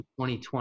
2020